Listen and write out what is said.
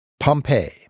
Pompeii